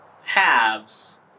halves